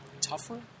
tougher